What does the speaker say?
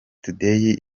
today